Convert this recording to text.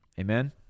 Amen